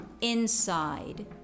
inside